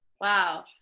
Wow